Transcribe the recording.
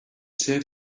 save